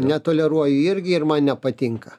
netoleruoju irgi ir man nepatinka